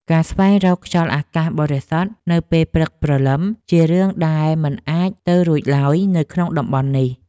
ការស្វែងរកខ្យល់អាកាសបរិសុទ្ធនៅពេលព្រឹកព្រលឹមជារឿងដែលមិនអាចទៅរួចឡើយនៅក្នុងតំបន់នេះ។